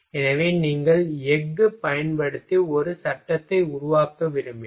எனவே நீங்கள் எஃகு பயன்படுத்தி ஒரு சட்டத்தை உருவாக்க விரும்பினால்